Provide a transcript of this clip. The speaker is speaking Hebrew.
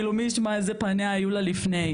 כאילו מי ישמע איזה פניה היו לה לפני,